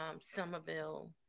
Somerville